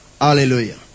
Hallelujah